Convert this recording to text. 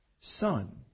son